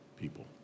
people